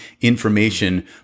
information